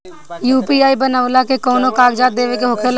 UPI बनावेला कौनो कागजात देवे के होखेला का?